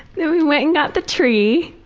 then we went and got the tree.